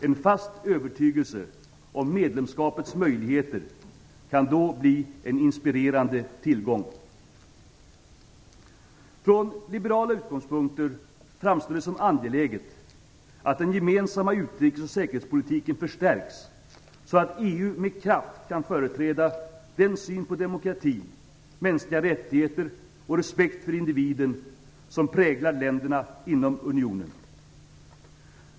En fast övertygelse om medlemskapets möjligheter kan då bli en inspirerande tillgång. Från liberala utgångspunkter framstår det som angeläget att den gemensamma utrikes och säkerhetspolitiken förstärks så att EU med kraft kan företräda den syn på demokrati, mänskliga rättigheter och respekt för individen som präglar länderna inom unionen.